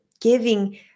giving